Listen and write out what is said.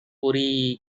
ஒரீஇ